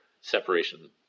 separation